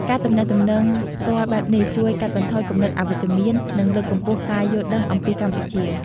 ការទំនាក់ទំនងផ្ទាល់បែបនេះជួយកាត់បន្ថយគំនិតអវិជ្ជមាន និងលើកកម្ពស់ការយល់ដឹងអំពីកម្ពុជា។